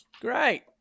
great